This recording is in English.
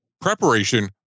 preparation